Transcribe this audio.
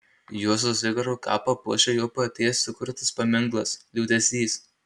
juozo zikaro kapą puošia jo paties sukurtas paminklas liūdesys